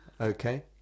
Okay